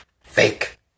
fake